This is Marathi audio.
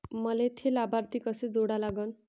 मले थे लाभार्थी कसे जोडा लागन?